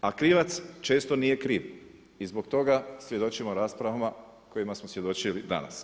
A krivac često nije kriv i zbog toga svjedočimo raspravama kojima smo svjedočili danas.